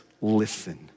listen